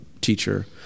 teacher